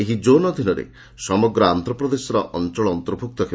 ଏହି ଜୋନ୍ ଅଧୀନରେ ସମଗ୍ର ଆନ୍ଧ୍ରପ୍ରଦେଶର ଅଞ୍ଚଳ ଅନ୍ତର୍ଭୁକ୍ତ ହେବ